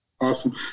Awesome